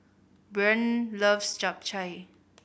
Breanne loves Japchae